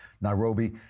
Nairobi